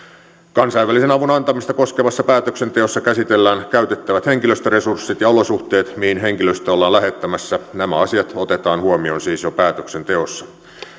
kansainvälisen avun antamista koskevassa päätöksenteossa käsitellään käytettävät henkilöstöresurssit ja olosuhteet mihin henkilöstöä ollaan lähettämässä nämä asiat otetaan huomioon siis jo päätöksenteossa